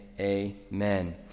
amen